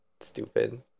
Stupid